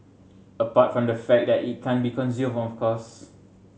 apart from the fact that it can't be consumed of course